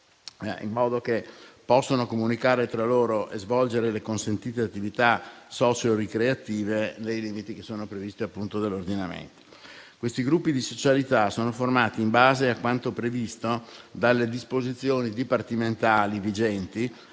in modo che possono comunicare tra loro e svolgere le consentite attività socio-ricreative nei limiti previsti dall'ordinamento. Tali gruppi di socialità sono formati in base a quanto previsto dalle disposizioni dipartimentali vigenti,